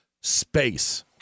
space